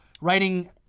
writing